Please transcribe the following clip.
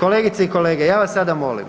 Kolegice i kolege ja vas sada molim,